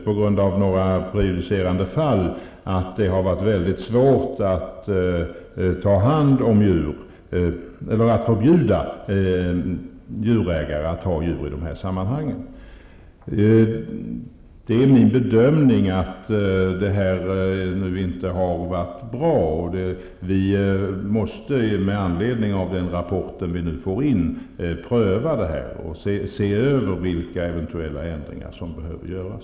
På grund av några prejudicerande fall har det varit svårt att förbjuda djurägare i dessa sammanhang att ha djur. Det är min bedömning att detta inte har varit bra. Med anledning av den rapport som vi nu har fått in, måste vi pröva ärendet och se över vilka eventuella ändringar som måste göras.